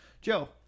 Joe